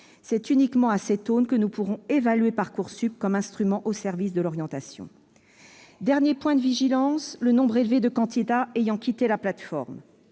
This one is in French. C'est uniquement à cette aune que nous pourrons évaluer Parcoursup comme instrument au service de l'orientation. Dernier point de vigilance, le nombre élevé de candidats ayant quitté la plateforme